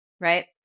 right